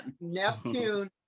Neptune